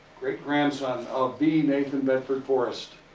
great grandson of the nathan bedford forrest.